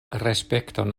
respekton